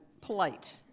polite